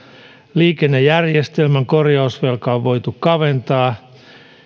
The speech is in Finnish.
liikennejärjestelmän korjausvelkaa on voitu kaventaa